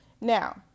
now